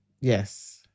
Yes